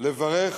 לברך